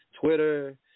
Twitter